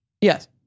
Yes